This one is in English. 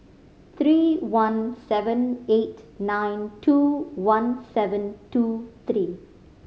three one seven eight nine two one seven two three